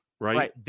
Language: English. Right